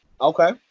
Okay